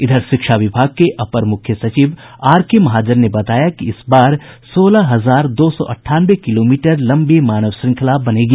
इधर शिक्षा विभाग के अपर मुख्य सचिव आर के महाजन ने बताया कि इस बार सोलह हजार दो सौ अठानवे किलोमीटर लम्बी मानव श्रंखला बनेगी